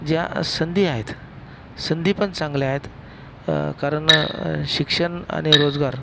ज्या संधी आहेत संधी पण चांगल्या आहेत कारण शिक्षण आणि रोजगार